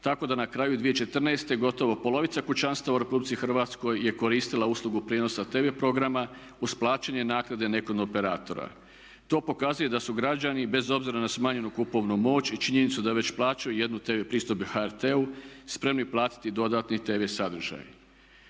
Tako da na kraju 2014. gotovo polovica kućanstava u Republici Hrvatskoj je koristila uslugu prijenosa tv programa uz plaćanje naknade nekom od operatora. To pokazuje da su građani bez obzira na smanjenu kupovnu moć i činjenicu da već plaćaju jednu tv pristojbu HRT-u spremni platiti i dodatni tv sadržaj.